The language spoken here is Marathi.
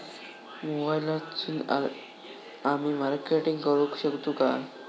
मोबाईलातसून आमी मार्केटिंग करूक शकतू काय?